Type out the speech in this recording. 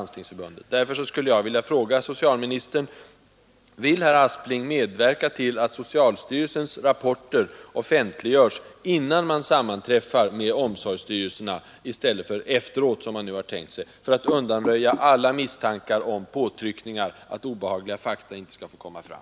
Därför skulle jag vilja fråga socialministern: Vill herr Aspling medverka till att socialstyrelsens rapporter offentliggörs innan sammanträffande sker med omsorgsstyrelserna — i stället för efteråt, som man nu tänkt sig — för att undanröja alla misstankar om påtryckningar för att obehagliga fakta inte skall få komma fram?